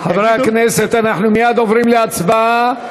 חברי הכנסת, אנחנו מייד עוברים להצבעה.